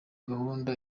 gahunda